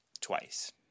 twice